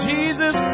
Jesus